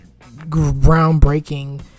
groundbreaking